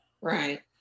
right